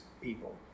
people